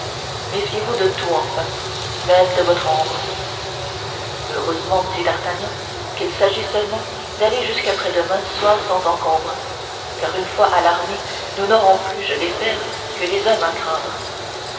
méfiez-vous de tout enfin même de votre ombre heureusement dit d'artagnan qu'il s'agit seulement d'aller jusqu'à après-demain soir sans encombre car une fois à l'armée nous n'aurons plus je l'espère que des hommes à craindre